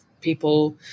people